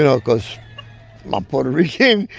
you know because i'm puerto rican.